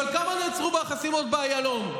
אבל כמה נעצרו בחסימות באיילון?